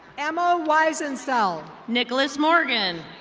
emma wizensell. nicolas morgan.